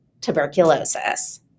tuberculosis